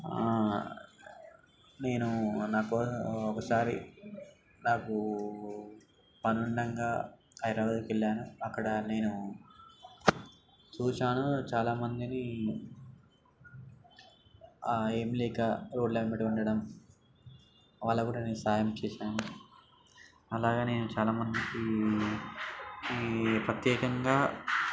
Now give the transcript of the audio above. నేను నాకు ఒకసారి నాకు పని ఉండగా హైదరాబాద్కి వెళ్ళాను అక్కడ నేను చూసాను చాలా మందిని ఏం లేక రోడ్లు ఎమ్మటే ఉండటం వాళ్ళకు కూడా నేను సాయం చేసాను అలాగనే చాలా మందికి ప్రత్యేకంగా